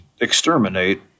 exterminate